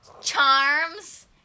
charms